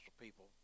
people